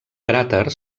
cràter